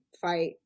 fight